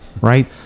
right